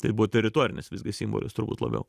tai buvo teritorinis visgi simbolis turbūt labiau